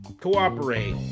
cooperate